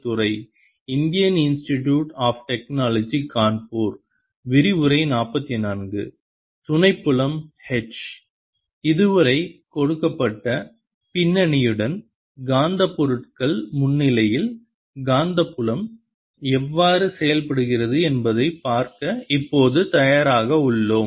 துணை புலம் H இதுவரை கொடுக்கப்பட்ட பின்னணியுடன் காந்தப் பொருட்கள் முன்னிலையில் காந்தப்புலம் எவ்வாறு செயல்படுகிறது என்பதைப் பார்க்க இப்போது தயாராக உள்ளோம்